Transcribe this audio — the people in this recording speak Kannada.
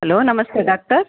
ಹಲೋ ನಮಸ್ತೆ ಡಾಕ್ಟರ್